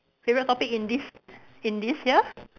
favourite topic in this in this year